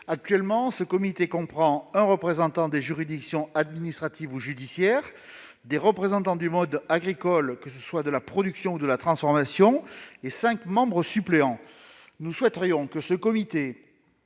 Actuellement, le CRDCA comprend un représentant des juridictions administratives ou judiciaires, des représentants du monde agricole, que ce soit de la production ou de la transformation, et cinq membres suppléants. Nous souhaiterions que ce CRDCA